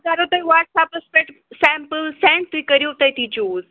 بہٕ کَرو تۄہہِ وَاٹس اَیپَس پٮ۪ٹھ سیٮمپُل سینٛڈ تُہۍ کٔرِو تٔتی چوٗز